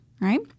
right